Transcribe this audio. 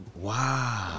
Wow